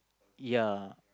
ya